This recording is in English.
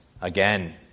again